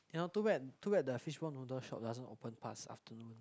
cannot too bad too bad the fishball noodle shop doesn't open past afternoon